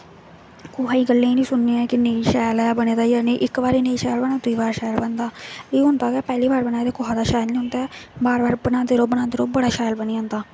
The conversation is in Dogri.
कुसै दी गल्लें गी निं सुनना ऐ कि नेईं शैल ऐ बने दा जां नेईं इक बारी नेईं शैल बनै दूई बार शैल बनदा एह् होंदा गै पैह्ली बार बनाए तां कुसा दा शैल निं होंदा ऐ बार बार बनांदे रौह् बनांदे रौह् बड़ा शैल बनी जंदा